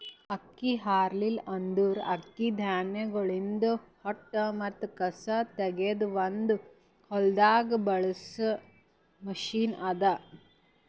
ಅಕ್ಕಿ ಹಲ್ಲರ್ ಅಂದುರ್ ಅಕ್ಕಿ ಧಾನ್ಯಗೊಳ್ದಾಂದ್ ಹೊಟ್ಟ ಮತ್ತ ಕಸಾ ತೆಗೆದ್ ಒಂದು ಹೊಲ್ದಾಗ್ ಬಳಸ ಮಷೀನ್ ಅದಾ